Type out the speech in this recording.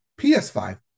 PS5